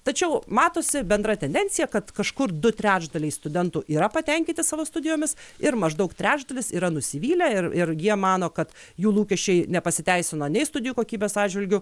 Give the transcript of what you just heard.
tačiau matosi bendra tendencija kad kažkur du trečdaliai studentų yra patenkinti savo studijomis ir maždaug trečdalis yra nusivylę ir ir jie mano kad jų lūkesčiai nepasiteisino nei studijų kokybės atžvilgiu